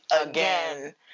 Again